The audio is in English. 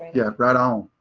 yeah, right on.